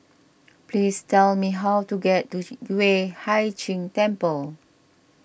please tell me how to get to Yueh Hai Ching Temple